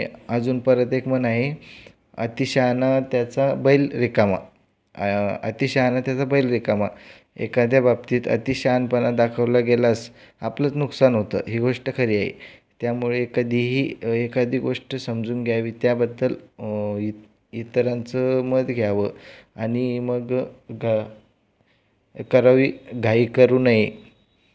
आणि अजून परत एक म्हण आहे अतिशहाणा त्याचा बैल रिकामा अतिशहाणा त्याचा बैल रिकामा एखाद्या बाबतीत अतिशहाणपणा दाखवला गेलास आपलंच नुकसान होतं ही गोष्ट खरी आहे त्यामुळे कधीही एखादी गोष्ट समजून घ्यावी त्याबद्दल इतरांचं मत घ्यावं आणि मग का करावी घाई करू नये